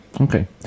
Okay